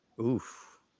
Oof